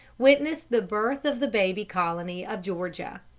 witnessed the birth of the baby colony of georgia.